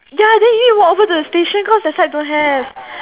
ya then you need to walk over to the station cause that side don't have